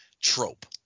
trope